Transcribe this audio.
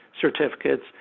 certificates